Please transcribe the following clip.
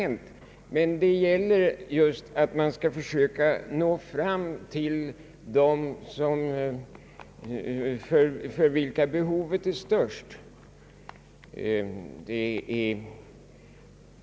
Det gäller här just att söka nå dem för vilka behovet är störst.